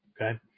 Okay